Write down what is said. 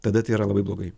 tada tai yra labai blogai